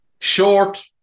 short